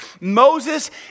Moses